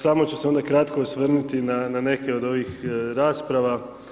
Samo ću se onda kratko osvrnuti na neke od ovih rasprava.